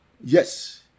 Yes